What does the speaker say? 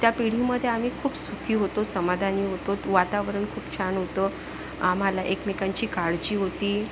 त्या पिढीमध्ये आम्ही खूप सुखी होतो समाधानी होतो वातावरण खूप छान होतं आम्हाला एकमेकांची काळजी होती